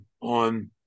on